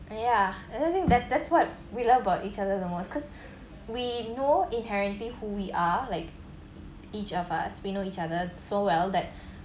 and ya I don't think that's that's what we learn about each other the most cause we know inherently who we are like each of us we know each other so well that